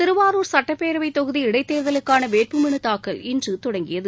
திருவாரூர் சட்டப்பேரவைத் தொகுதி இடைத்தோதலுக்கான வேட்புமனு தாக்கல் இன்று தொடங்கியது